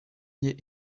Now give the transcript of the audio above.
ier